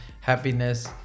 happiness